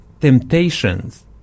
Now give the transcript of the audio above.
temptations